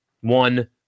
One